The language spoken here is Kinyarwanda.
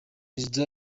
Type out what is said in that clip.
perezida